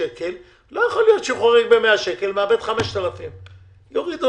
לא יכול להיות שהוא חורג ב-100 שקל ומאבד 5,000. יורידו